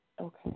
Okay